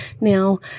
Now